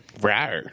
Right